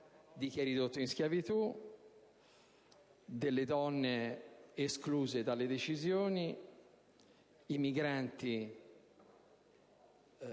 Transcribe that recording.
di chi è ridotto in schiavitù, delle donne escluse dalle decisioni, dei migranti